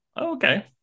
okay